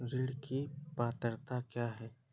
ऋण की पात्रता क्या है?